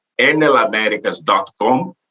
NLamericas.com